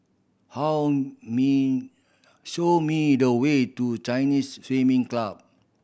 how me show me the way to Chinese Swimming Club